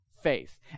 faith